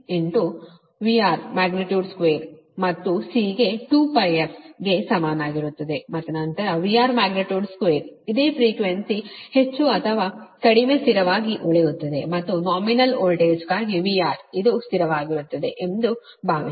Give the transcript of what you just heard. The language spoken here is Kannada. ಆದ್ದರಿಂದ ಅದು ನಿಮ್ಮ ωC VR2 ಮತ್ತು C ಗೆ 2πfಗೆ ಸಮನಾಗಿರುತ್ತದೆ ಮತ್ತು ನಂತರ VR2 ಇದೇ ಪ್ರೀಕ್ವೆನ್ಸಿ ಹೆಚ್ಚು ಅಥವಾ ಕಡಿಮೆ ಸ್ಥಿರವಾಗಿ ಉಳಿಯುತ್ತದೆ ಮತ್ತು ನಾಮಿನಲ್ ವೋಲ್ಟೇಜ್ಗಾಗಿ VR ಇದು ಸ್ಥಿರವಾಗಿರುತ್ತದೆ ಎಂದು ಭಾವಿಸಿ